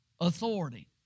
authority